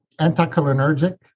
anticholinergic